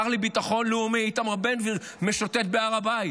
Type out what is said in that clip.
השר לביטחון לאומי איתמר בן גביר משוטט בהר הבית,